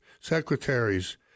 secretaries